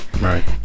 right